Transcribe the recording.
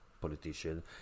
politician